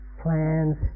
plans